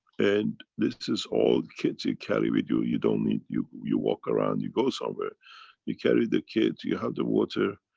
and this is all kits you carry with you, you don't need. you, you walk around you go somewhere you carry the kits, you you have the water,